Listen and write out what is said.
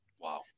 Wow